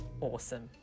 awesome